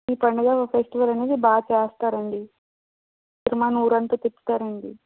ఈ పండుగ ఫెస్టివల్ అనేది బాగా చేస్తారండి సిరిమాను ఊరంతా తిప్పుతారండి